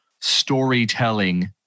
storytelling